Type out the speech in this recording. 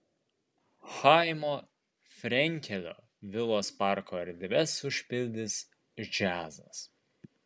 chaimo frenkelio vilos parko erdves užpildys džiazas